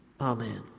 Amen